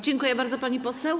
Dziękuję bardzo, pani poseł.